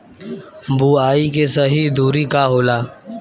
बुआई के सही दूरी का होला?